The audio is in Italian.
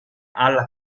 alla